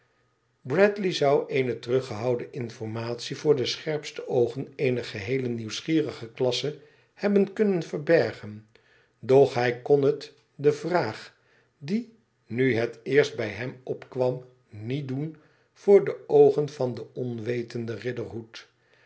bradley zou eene teruggehouden informatie voor de scherpe oogen eener geheele nieuwsgierige klasse hebben kunnen verbergen doch hij kon het de vraag die nu het eerst bij hem opkwam niet doen voor de oogen van den onwetenden